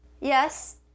Yes